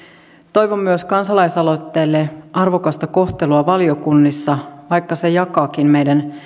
toivon myös kansalaisaloitteelle arvokasta kohtelua valiokunnissa vaikka se jakaakin meidän